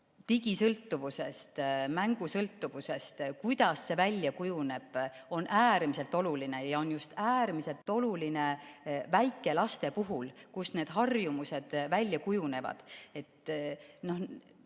digisõltuvusest, mängusõltuvusest, kuidas see välja kujuneb, on äärmiselt oluline – ja äärmiselt oluline just väikelapseeas, kus need harjumused välja kujunevad.